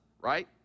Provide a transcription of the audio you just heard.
right